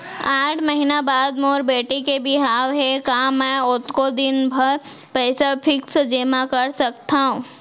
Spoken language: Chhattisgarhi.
आठ महीना बाद मोर बेटी के बिहाव हे का मैं ओतका दिन भर पइसा फिक्स जेमा कर सकथव?